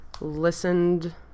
listened